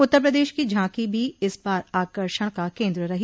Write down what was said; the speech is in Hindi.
उत्तर प्रदेश की झांकी भी इस बार आकर्षण का केन्द्र रही